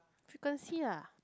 frequency ah